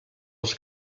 els